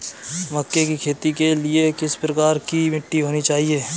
मक्के की खेती के लिए किस प्रकार की मिट्टी होनी चाहिए?